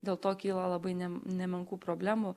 dėl to kyla labai nemenkų problemų